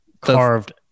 carved